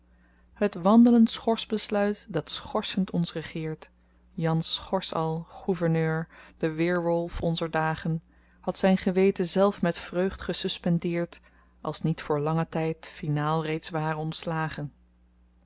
het wandlend schorsbesluit dat schorsend ons regeert jan schors al gouverneur de weerwolf onzer dagen had zyn geweten zelf met vreugd gesuspendeerd als t niet voor langen tyd finaal reeds ware ontslagen